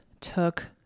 took